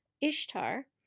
Ishtar